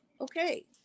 okay